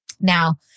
Now